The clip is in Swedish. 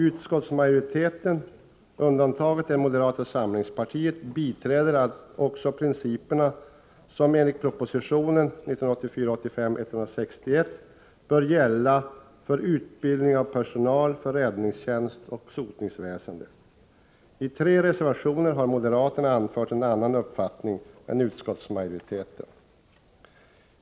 Utskottsmajoriteten — undantaget är moderata samlingspartiet — biträder också de principer som enligt proposition 1984/85:161 bör gälla för utbildning av personal för räddningstjänsten och sotningsväsendet. I tre reservationer har moderaterna anfört en annan uppfattning än utskottsmajoriteten.